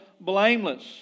blameless